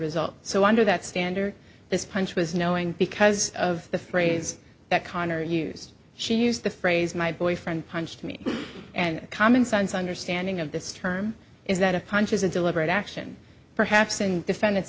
result so under that standard this punch was knowing because of the phrase that connor used she used the phrase my boyfriend punched me and common sense understanding of this term is that a punch is a deliberate action perhaps an defend